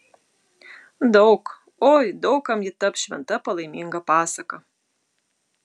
daug oi daug kam ji taps šventa palaiminga pasaka